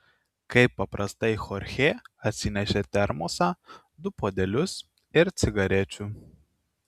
kaip paprastai chorchė atsinešė termosą du puodelius ir cigarečių